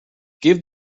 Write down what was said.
give